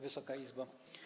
Wysoka Izbo!